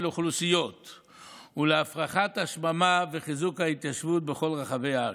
אוכלוסיות ולהפרחת השממה וחיזוק ההתיישבות בכל רחבי הארץ.